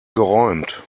geräumt